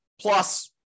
plus